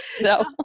No